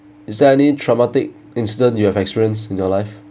is there any traumatic incident you have experience in your life